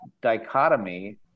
dichotomy